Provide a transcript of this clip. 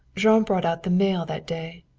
jean brought out the mail that day.